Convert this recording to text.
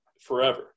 forever